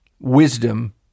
Wisdom